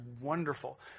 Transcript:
wonderful